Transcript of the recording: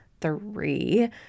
three